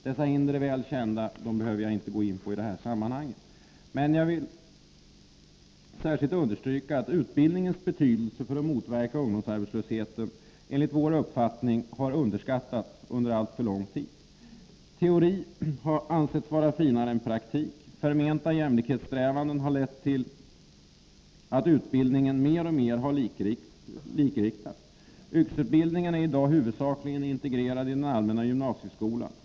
Dessa hinder är väl kända, och dem behöver jag inte gå in på i detta sammanhang. Men jag vill särskilt understryka att utbildningens betydelse för att motverka ungdomsarbetslöshet enligt vår uppfattning har underskattats under alltför lång tid. Teori har ansetts vara finare än praktik. Förmenta jämlikhetssträvanden har lett till att utbildningen mer och mer har likriktats. Yrkesutbildning är i dag huvudsakligen integrerad i den allmänna gymnasieskolan.